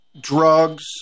drugs